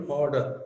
order